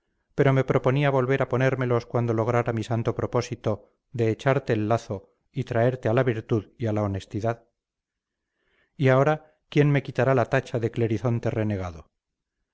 pero me proponía volver a ponérmelos cuando lograra mi santo propósito de echarte el lazo y traerte a la virtud y a la honestidad y ahora quién me quitará la tacha de clerizonte renegado